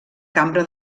cambra